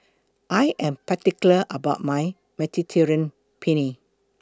I Am particular about My Mediterranean Penne